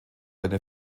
eine